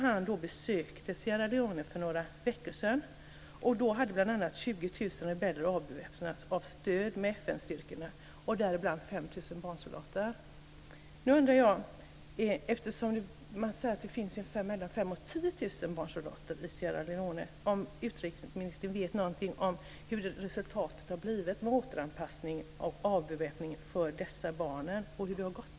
Han besökte Sierra Leone för några veckor sedan, och då hade bl.a. 20 000 rebeller avväpnats med stöd av FN-styrkorna, däribland 5 000 barnsoldater. Nu undrar jag, eftersom man säger att det finns mellan 5 000 och 10 000 barnsoldater i Sierra Leone, om utrikesministern vet något om vad resultatet av återanpassningen och avväpningen har blivit för dessa barn. Hur har det gått?